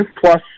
plus